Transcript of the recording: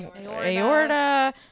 aorta